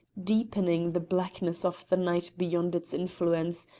deepening the blackness of the night beyond its influence,